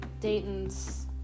Dayton's